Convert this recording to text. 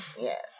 yes